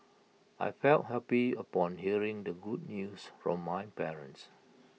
I felt happy upon hearing the good news from my parents